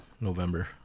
November